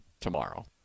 tomorrow